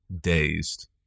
dazed